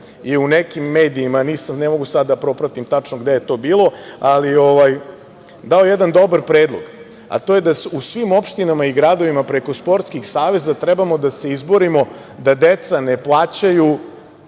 je u nekim medijima, ne mogu sad da propratim tačno gde je to bilo, ali dao je jedan dobar predlog, a to je da u svim opštinama i gradovima preko sportskih saveza trebamo da se izborimo da deca ne plaćaju